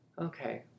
Okay